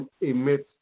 emits